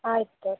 ಆಯಿತು